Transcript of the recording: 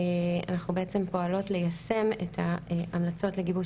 אנחנו בעצם פועלות ליישם את ההמלצות לגיבוש